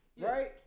Right